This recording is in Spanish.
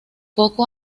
poco